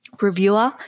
reviewer